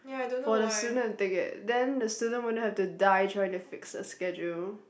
for the students to take it then students won't have to die trying fix the schedule